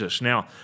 Now